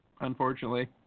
unfortunately